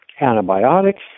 antibiotics